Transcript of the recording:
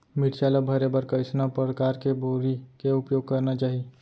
मिरचा ला भरे बर कइसना परकार के बोरी के उपयोग करना चाही?